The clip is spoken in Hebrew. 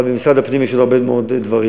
במשרד הפנים יש עוד הרבה מאוד דברים.